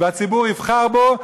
והציבור יבחר בו,